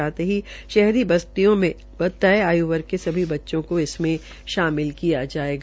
साथ ही शहरी बस्तियों तय आय वर्ग के सभी बच्चों को इसमें शामिल किया जायेगा